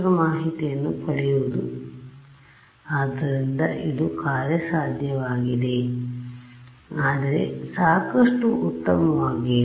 ಮಾಹಿತಿಯನ್ನು ಪಡೆಯುವುದು ಆದ್ದರಿಂದ ಇದು ಕಾರ್ಯಸಾಧ್ಯವಾಗಿದೆ ಆದರೆ ಸಾಕಷ್ಟು ಉತ್ತಮವಾಗಿಲ್ಲ